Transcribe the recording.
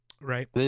Right